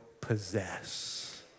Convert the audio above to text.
possess